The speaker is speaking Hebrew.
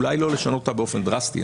אולי לא לשנות אותה באופן דרסטי.